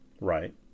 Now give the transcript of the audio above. Right